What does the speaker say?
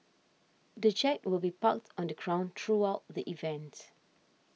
the jet will be parked on the ground throughout the events